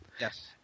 Yes